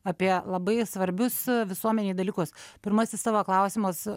apie labai svarbius visuomenei dalykus pirmasis tavo klausimas